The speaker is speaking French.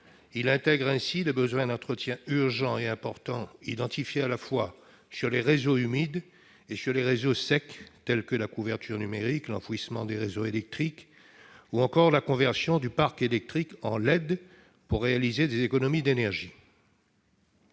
Il intègre ainsi les besoins d'entretien urgents et importants identifiés à la fois sur les réseaux humides et sur les réseaux secs, tels que la couverture numérique, l'enfouissement des réseaux électriques ou la conversion du parc électrique en leds pour réaliser des économies d'énergie.